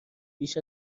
بیش